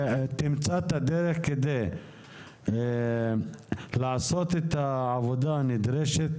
תמצא את הדרך כדי לעשות את העבודה הנדרשת